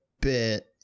bit